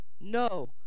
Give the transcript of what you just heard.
no